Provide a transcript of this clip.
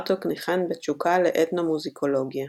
בארטוק ניחן בתשוקה לאתנומוזיקולוגיה.